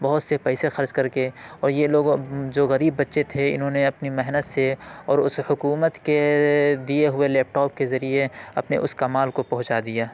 بہت سے پیسے خرچ کرکے اور یہ لوگ جو غریب بچے تھے انہوں نے اپنی محنت سے اور اس حکومت کے دیے ہوئے لیپ ٹاپ کے ذریعے اپنے اس کمال کو پہنچا دیا